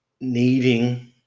needing